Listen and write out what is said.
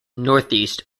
northeast